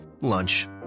lunch